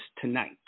tonight